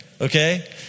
Okay